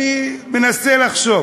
אני מנסה לחשוב,